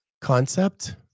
concept